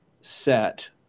set